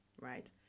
Right